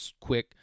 quick